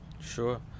sure